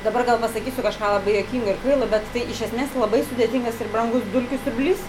dabar gal pasakysiu kažką labai juokingo ir kvailo bet tai iš esmės labai sudėtingas ir brangus dulkių siurblys